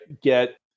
get